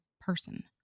person